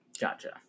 Gotcha